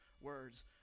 words